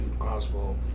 Oswald